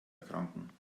erkranken